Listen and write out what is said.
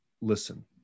listen